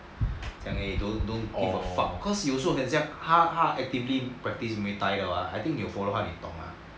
like don't orh cause 有时候人家她怕 actively practice muay thai 的 [what] 你有 follow 他你因该懂 lah